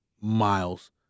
miles